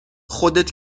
خودت